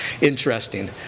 interesting